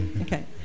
Okay